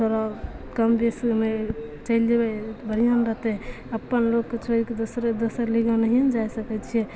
तोरा कमबेसीमे चलि जेबै तऽ बढ़िआँ ने रहतै अप्पन लोकके छोड़िके दोसरे दोसर लिगाँ नहिए ने जा सकै छिए